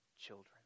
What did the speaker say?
children